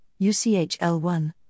UCHL1